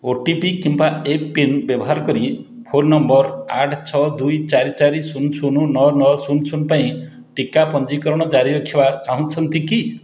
ଓ T P କିମ୍ବା MPIN ବ୍ୟବହାର କରି ଫୋନ୍ ନମ୍ବର୍ ଆଠ ଛଅ ଦୁଇ ଚାରି ଚାରି ଶୂନ ଶୂନ ନଅ ନଅ ଶୂନ ଶୂନ ପାଇଁ ଟିକା ପଞ୍ଜୀକରଣ ଜାରି ରଖିବା ଚାହୁଁଛନ୍ତି କି